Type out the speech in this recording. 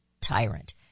tyrant